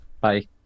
bye